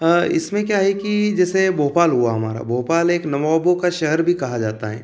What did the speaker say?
आ इसमें क्या है कि जैसे भोपाल हुआ हमारा भोपाल एक नबाबों का शहर भी कहा जाता है